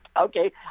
okay